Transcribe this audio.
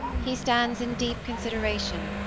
he stands in deep consideration,